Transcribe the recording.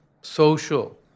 social